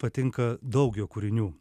patinka daug jo kūrinių